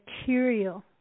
material